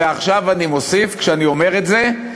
ועכשיו אני מוסיף כשאני אומר את זה,